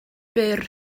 byr